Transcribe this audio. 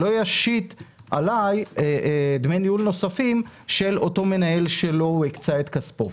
שלא ישית עליי דמי ניהול נוספים של אותו מנהל שלא הקצה את כספו,